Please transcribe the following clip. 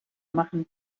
machen